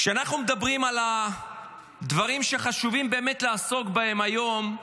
כשאנחנו מדברים על הדברים שחשובים באמת לעסוק בהם היום,